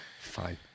Fine